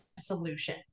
solution